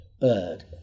bird